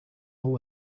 all